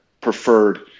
preferred